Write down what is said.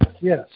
yes